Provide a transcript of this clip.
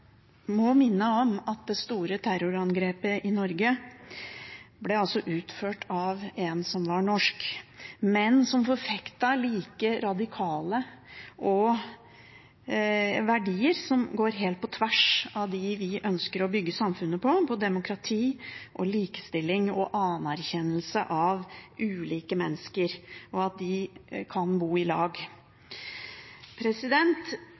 må minne om at det store terrorangrepet i Norge ble utført av en som var norsk, men som forfektet radikale verdier som går helt på tvers av dem som vi ønsker å bygge samfunnet på: demokrati, likestilling og anerkjennelse av ulike mennesker, og at de kan bo i lag.